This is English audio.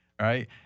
right